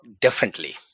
differently